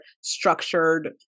structured